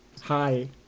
Hi